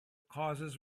causes